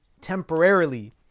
temporarily